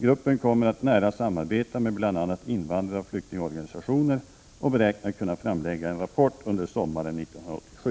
Gruppen kommer att nära samarbeta med bl.a. invandraroch flyktingorganisationer och beräknar kunna framlägga en rapport under sommaren 1987.